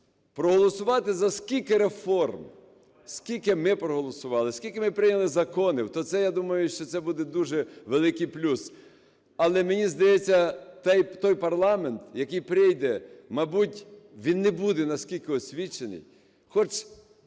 проголосувати за стільки реформ, скільки ми проголосували, скільки ми прийняли законів, то це, я думаю, що це буде дуже великий плюс. Але, мені здається, той парламент, який прийде, мабуть, він не буде на стільки освічений.